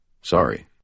Sorry